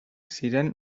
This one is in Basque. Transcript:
ziren